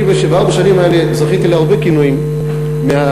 אני בארבע השנים האלה זכיתי להרבה כינויים מהעיתונאים.